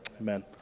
amen